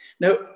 Now